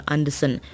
Anderson